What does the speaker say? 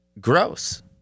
gross